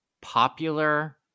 popular